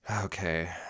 Okay